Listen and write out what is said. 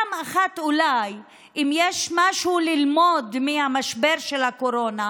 אם יש משהו ללמוד מהמשבר של הקורונה,